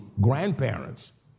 grandparents